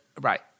right